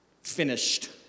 finished